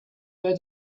where